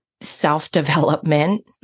self-development